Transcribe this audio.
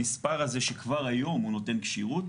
המספר הזה שכבר היום הוא נותן כשירות,